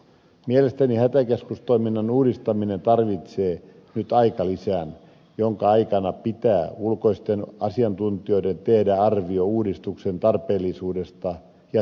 mielestäni hätäkeskustoiminnan uudistaminen tarvitsee nyt aikalisän jonka aikana pitää ulkoisten asiantuntijoiden tehdä arvio uudistuksen tarpeellisuudesta ja sisällöstä